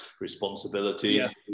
responsibilities